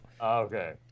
okay